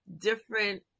different